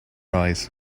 eyes